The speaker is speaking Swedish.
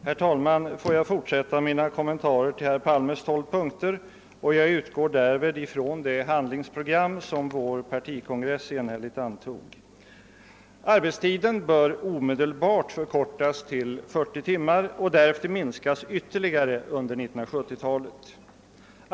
Herr talman! Får jag fortsätta mina kommentarer till herr Palmes tolv punkter! Jag utgår därvid från det handlingsprogram som vår partikongress enhälligt antog. Arbetstiden bör omedelbart förkortas till 40 timmar och därefter minskas ytterligare under 1970-talet.